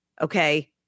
Okay